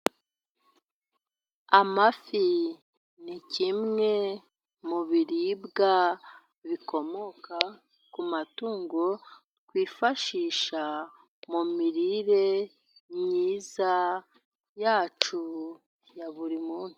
Amafi ni kimwe mu biribwa bikomoka ku matungo, twifashisha mu mirire yacu myiza ya buri munsi.